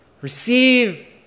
receive